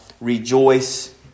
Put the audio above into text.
rejoice